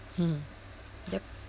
hmm yup